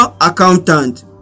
accountant